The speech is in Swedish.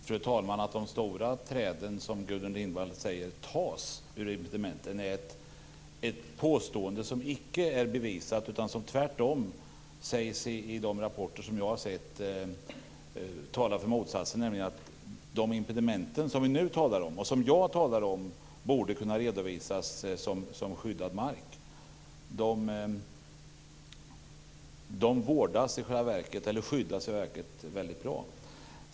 Fru talman! Påståendet att de stora träden, som Gudrun Lindvall säger, tas ur impedimenten är icke bevisat. I de rapporter som jag har sett sägs motsatsen, nämligen att de impediment som jag och vi nu talar om borde kunna redovisas som skyddad mark. De skyddas i själva verket väldigt bra.